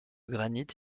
granite